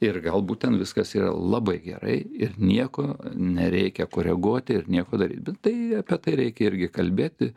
ir galbūt ten viskas yra labai gerai ir nieko nereikia koreguoti ir nieko daryt bet tai apie tai reikia irgi kalbėti